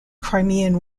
crimean